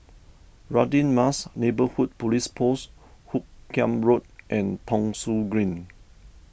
Radin Mas Neighbourhood Police Post Hoot Kiam Road and Thong Soon Green